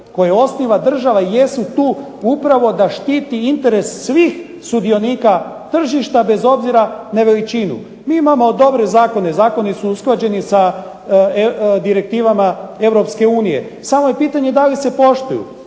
koje osniva država jesu tu upravo da štiti interes svih sudionika tržišta bez obzira na veličinu. Mi imamo dobre zakone, zakoni su usklađeni sa direktivama EU, samo je pitanje da li se poštuju.